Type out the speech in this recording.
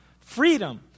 freedom